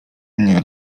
mnie